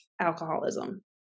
alcoholism